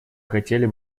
хотели